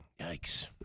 Yikes